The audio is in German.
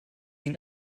ihn